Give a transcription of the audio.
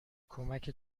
کمک